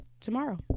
tomorrow